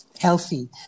healthy